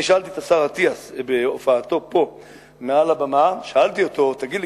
אני שאלתי את השר אטיאס בהופעתו פה מעל הבמה: תגיד לי,